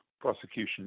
prosecution